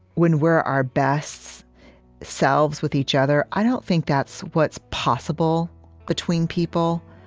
when we're our best selves with each other i don't think that's what's possible between people.